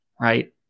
Right